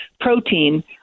protein